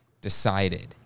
decided